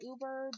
Uber